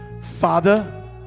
Father